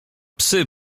psy